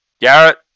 Garrett